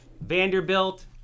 Vanderbilt